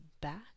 back